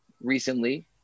recently